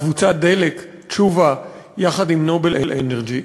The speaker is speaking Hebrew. קבוצת "דלק", תשובה, יחד עם "נובל אנרג'י"